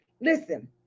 Listen